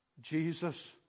Jesus